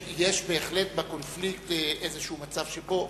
יש בהחלט בקונפליקט איזשהו מצב שבו